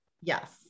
Yes